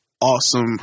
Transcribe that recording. awesome